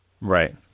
right